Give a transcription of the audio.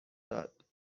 داد